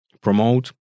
promote